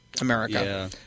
America